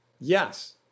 Yes